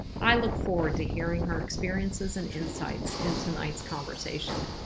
i look forward to hearing her experiences and insights in tonight's conversation.